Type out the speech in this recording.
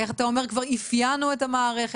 אתה אומר כבר אפיינו את המערכת,